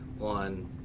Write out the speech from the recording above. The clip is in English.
on